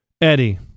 Eddie